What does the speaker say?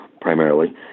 primarily